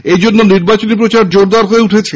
এজন্য নির্বাচনী প্রচার জোরদার হয়ে উঠেছে